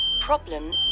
problem